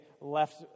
left